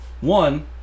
One